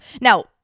Now